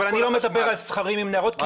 אבל אני לא מדבר על סכרים עם נהרות כי